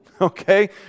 Okay